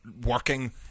working